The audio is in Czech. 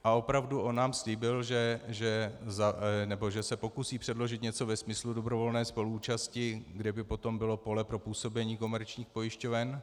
On nám opravdu slíbil, že se pokusí předložit něco ve smyslu dobrovolné spoluúčasti, kde by potom bylo pole pro působení komerčních pojišťoven.